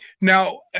now